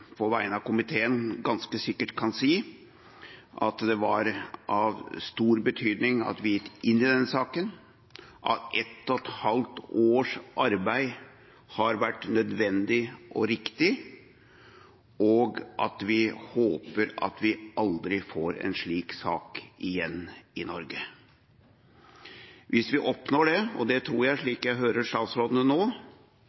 på vegne av komiteen – kan si at det var av stor betydning at vi gikk inn i denne saken, at ett og et halvt års arbeid har vært nødvendig og riktig, og at vi håper at vi aldri får en slik sak igjen i Norge. Hvis vi oppnår det, og det tror jeg